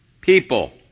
People